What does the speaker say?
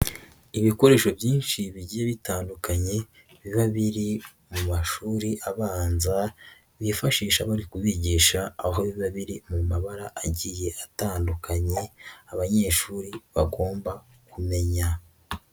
Ibikoresho byinshi bigiye bitandukanye, biba biri mu mashuri abanza, bifashisha bari kubigisha, aho biba biri mu mabara agiye atandukanye, abanyeshuri bagomba kumenya.